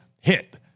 hit